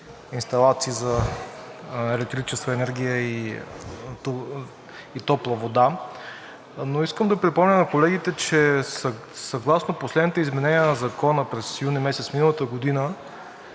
инсталации за електрическа енергия и топла вода, но искам да припомня на колегите, че съгласно последните изменения на Закона през месец юни миналата година